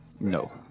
No